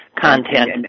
content